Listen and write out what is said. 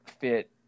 fit